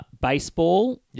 Baseball